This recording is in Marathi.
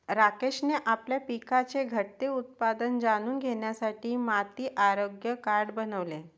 राकेशने आपल्या पिकाचे घटते उत्पादन जाणून घेण्यासाठी माती आरोग्य कार्ड बनवले